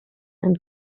and